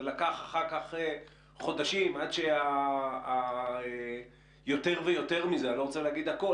ולקח אחר כך חודשים עד שיותר ויותר מזה אני לא רוצה להגיד הכול